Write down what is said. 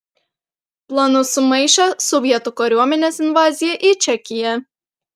planus sumaišė sovietų kariuomenės invazija į čekiją